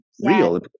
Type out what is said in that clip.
real